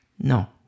No